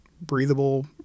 breathable